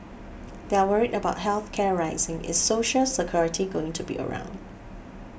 they're worried about health care rising is Social Security going to be around